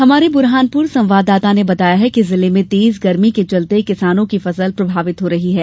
हमारे ब्रहानपुर संवाददाता ने बताया है कि जिले में तेज गर्मी के चलते किसानों की फसल प्रभावित हो रही है